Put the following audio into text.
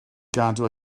gadw